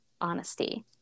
honesty